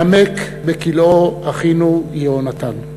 נמק בכלאו אחינו יהונתן.